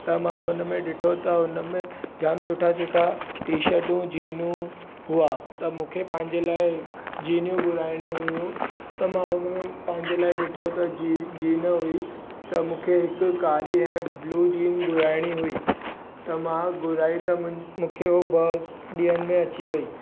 त मां हुन में ॾिठो त हुन में जामु सुठा सुठा टीशर्टू जीनूं हुआ त मूंखे पंहिंजे लाइ जीनियूं घुराइणियूं हुयूं त मां हुन में पंहिंजे लाइ ॾिठो त जीन जीन हुई त मूंखे हिकु कारी ऐं ब्लू जीन घुराइणी हुई त मां घुराई त मु मूंखे हू बसि ॾींहंनि में अची वई